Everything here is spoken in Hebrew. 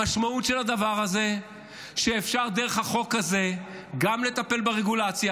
המשמעות של הדבר הזה היא שאפשר דרך החוק הזה גם לטפל ברגולציה,